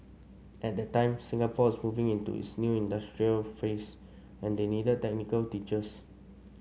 at that time Singapore's moving into its new industrialised phase and they needed technical teachers